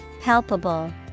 Palpable